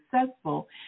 successful